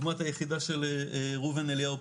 לדוגמת היחידה של ראובן אליהו,